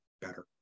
better